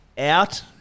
Out